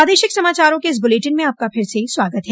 प्रादेशिक समाचारों के इस बुलेटिन में आपका फिर से स्वागत है